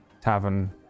tavern